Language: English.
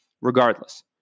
regardless